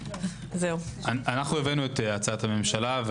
הבאנו את הצעת הממשלה.